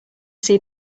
see